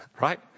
right